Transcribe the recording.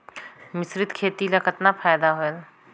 मिश्रीत खेती ल कतना फायदा होयल?